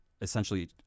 essentially